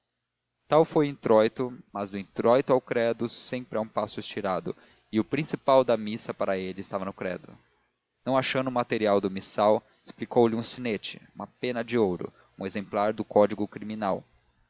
tal foi o introito mas do introito ao credo há sempre um passo estirado e o principal da missa para ele estava no credo não achando o texto do missal explicou-lhe um sinete uma pena de ouro um exemplar do código criminal